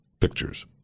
pictures